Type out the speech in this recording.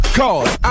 cause